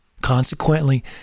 Consequently